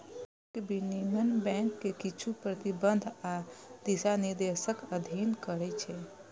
bank विनियमन bank कें किछु प्रतिबंध आ दिशानिर्देशक अधीन करै छै